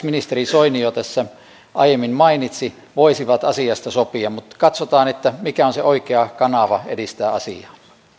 ministeri soini tässä jo aiemmin mainitsi voisivat asiasta sopia mutta katsotaan mikä on se oikea kanava edistää asiaa